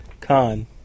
Khan